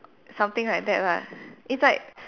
something like that lah it's like